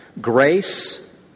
grace